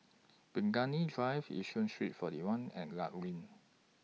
Burgundy Drive Yishun Street forty one and law LINK